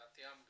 גם הגיעה.